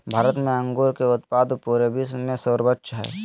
भारत में अंगूर के उत्पाद पूरे विश्व में सर्वोच्च हइ